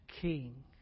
king